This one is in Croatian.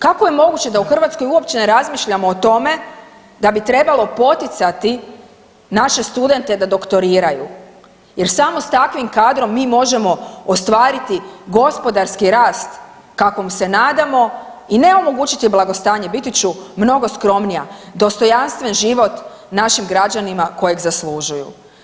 Kako je moguće da u Hrvatskoj uopće ne razmišljamo o tome da bi trebalo poticati naše studente da doktoriraju jer samo s takvim kadrom mi možemo ostvariti gospodarski rast kakvom se nadamo i ne omogućiti blagostanje biti ću mnogo skromnija, dostojanstven život našim građanima kojeg zaslužuju.